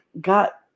got